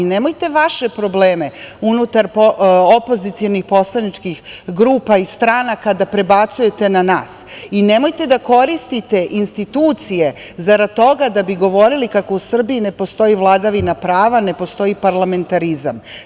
Nemojte vaše probleme unutar opozicionih poslaničkih grupa i stranaka da prebacujete na nas i nemojte da koristite institucije zarad toga da bi govorili kako u Srbiji ne postoji vladavina prava, ne postoji parlamentarizam.